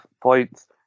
points